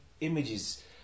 images